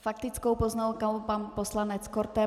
S faktickou poznámkou pan poslanec Korte.